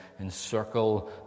encircle